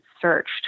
searched